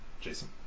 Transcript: Jason